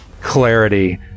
clarity